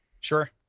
Sure